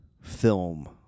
film